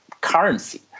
currency